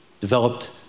developed